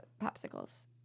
popsicles